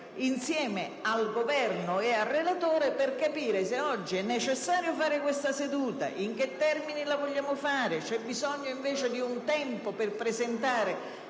insieme al Governo e al relatore per capire se oggi sia necessario fare questa seduta, in che termini la vogliamo fare, o se ci sia bisogno invece di altro tempo per presentare